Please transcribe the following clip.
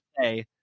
say